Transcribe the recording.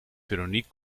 veronique